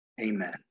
Amen